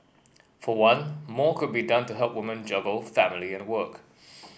for one more could be done to help women juggle family and work